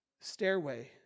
stairway